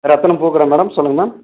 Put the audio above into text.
ரத்தனம் பூக்கடை மேடம் சொல்லுங்கள் மேம்